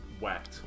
wet